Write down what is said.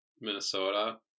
Minnesota